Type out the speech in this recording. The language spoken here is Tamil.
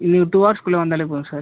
இது டூ ஹவர்ஸுக்குள்ள வந்தாலே போதும் சார்